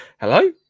Hello